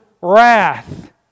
wrath